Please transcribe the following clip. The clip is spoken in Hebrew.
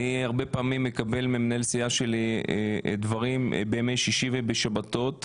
אני הרבה פעמים מקבל ממנהל הסיעה שלי דברים בימי שישי ובשבתות,